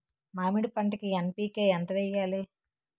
మామిడి పంటకి ఎన్.పీ.కే ఎంత వెయ్యాలి?